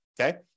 okay